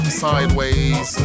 sideways